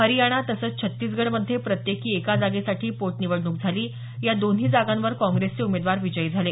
हरियाणा तसंच छत्तीसगढमध्ये प्रत्येकी एका जागेसाठी पोटनिवडणूक झाली या दोन्ही जागांवर काँग्रेसचे उमेदवार विजयी झाले